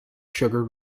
sugar